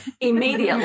Immediately